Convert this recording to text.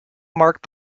marked